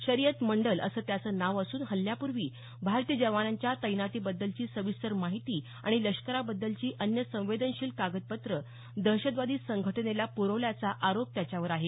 शरीयत मंडल असं त्याचं नाव असून हल्ल्यापूर्वी भारतीय जवानांच्या तैनातीबद्दलची सविस्तर माहिती आणि लष्कराबद्दलची अन्य संवेदनशील कागदपत्रं दहशतवादी संघटनेला पुरवल्याचा आरोप त्याच्यावर आहे